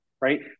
right